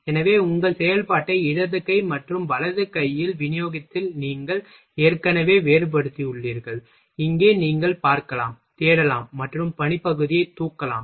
எனவே உங்கள் செயல்பாட்டை இடது கை மற்றும் வலது கையில் விநியோகித்ததில் நீங்கள் ஏற்கனவே வேறுபடுத்தியுள்ளீர்கள் இங்கே நீங்கள் பார்க்கலாம் தேடலாம் மற்றும் பணிப்பகுதியைத் தூக்கலாம்